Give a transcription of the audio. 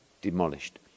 demolished